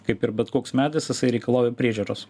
kaip ir bet koks medis jisai reikalauja priežiūros